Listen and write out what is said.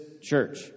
church